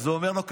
אז הוא אומר לו,